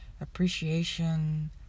appreciation